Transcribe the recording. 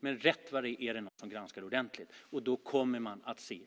Men rätt vad det är granskar någon saken ordentligt, och då kommer man att se